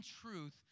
truth